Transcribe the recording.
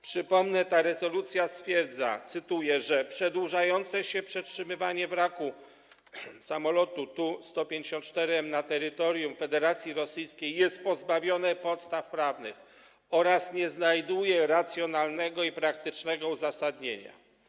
Przypomnę, ta rezolucja stwierdza, cytuję, że przedłużające się przetrzymywanie wraku samolotu Tu-154M na terytorium Federacji Rosyjskiej jest pozbawione podstaw prawnych oraz nie znajduje racjonalnego i praktycznego uzasadnienia.